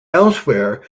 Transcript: elsewhere